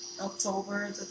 October